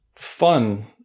fun